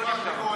זה מוצדק,